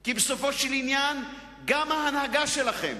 כי בסופו של עניין גם ההנהגה שלכם,